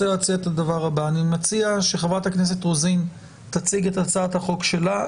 אני מציע שחברת הכנסת רוזין תציג את הצעת החוק שלה.